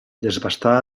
desbastada